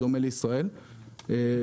בדומה לישראל,